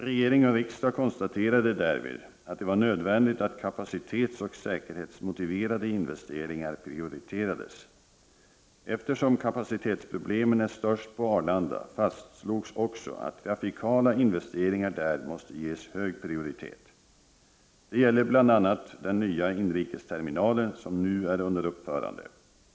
Regering och riksdag konstaterade därvid att det var nödvändigt att kapacitetsoch säkerhetsmotiverade investeringar prioriterades. Eftersom kapacitetsproblemen är störst på Arlanda fastslogs också att trafikala investeringar där måste ges hög prioritet. Det gäller bl.a. den nya inrikesterminalen som nu är under uppförande.